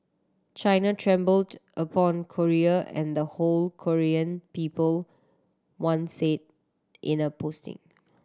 China trampled upon Korea and the whole Korean people one said in a posting